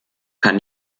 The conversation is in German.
kann